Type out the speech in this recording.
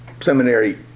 seminary